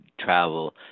travel